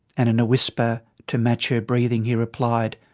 and in a whisper to match her breathing, he replied,